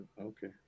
okay